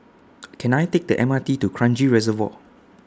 Can I Take The M R T to Kranji Reservoir